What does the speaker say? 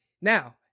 now